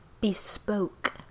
bespoke